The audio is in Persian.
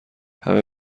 همه